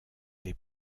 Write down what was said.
les